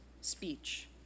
speech